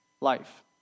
life